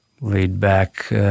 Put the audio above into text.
laid-back